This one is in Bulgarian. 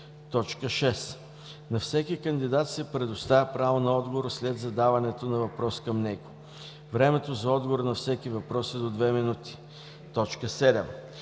6. На всеки кандидат се предоставя право на отговор след задаването на въпрос към него. Времето за отговор на всеки въпрос е до 2 минути. 7.